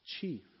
chief